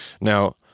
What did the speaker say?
Now